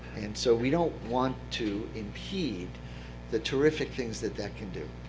so we don't want to impede the terrific things that that can do.